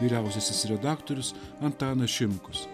vyriausiasis redaktorius antanas šimkus